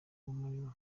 muriro